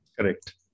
Correct